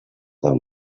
deu